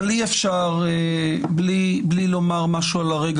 אבל אי אפשר בלי לומר משהו על הרגע